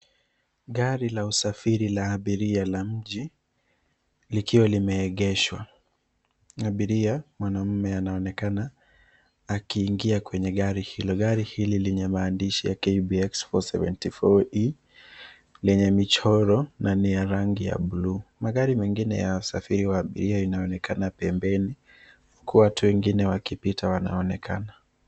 Gari la usafiri la abiria la mji, likiwa limeegeshwa. Abiria mwanaume anaonekana akiingia kwenye gari hilo. Gari hili lenye maandishi KBX 474E,lenye michoro na ni ya rangi ya blue . Magari mengine ya usafiri wa abiria yanaonekana pembeni, huku watu wengine wakipita wanaonekana